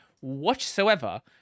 whatsoever